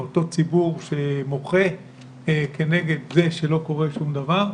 אותו ציבור שמוחה כנגד זה שלא קורה שום דבר,